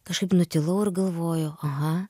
kažkaip nutilau ir galvoju aha